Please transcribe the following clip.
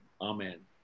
amen